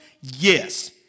Yes